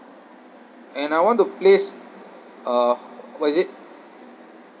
and I want to place uh what is it